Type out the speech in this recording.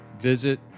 visit